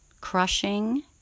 crushing